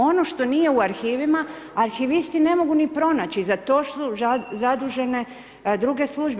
Ono što nije u arhivima, arhivisti ne mogu ni pronaći, za to su zadužene druge službe.